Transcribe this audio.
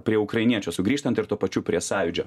prie ukrainiečio sugrįžtant ir tuo pačiu prie sąjūdžio